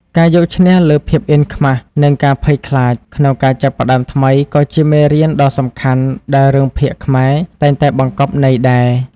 ការយកឈ្នះលើភាពអៀនខ្មាស និងការភ័យខ្លាចក្នុងការចាប់ផ្តើមថ្មីក៏ជាមេរៀនដ៏សំខាន់ដែលរឿងភាគខ្មែរតែងតែបង្កប់ន័យដែរ។